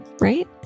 right